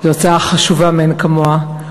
זאת הצעה חשובה מאין כמוה,